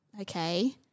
okay